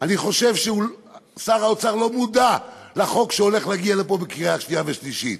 אני חושב ששר האוצר לא מודע לחוק שהולך להגיע לפה בקריאה שנייה ושלישית.